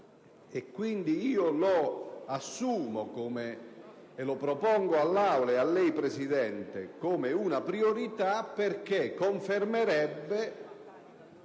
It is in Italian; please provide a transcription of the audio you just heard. Quindi, lo assumo e lo propongo all'Aula e a lei, signor Presidente, come una priorità che ne confermerebbe